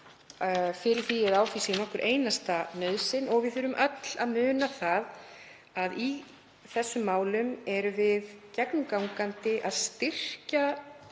að á því sé nokkur einasta nauðsyn. Og við þurfum öll að muna að í þessum málum erum við gegnumgangandi að styrkja